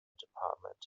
department